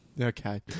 Okay